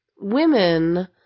women